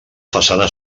façana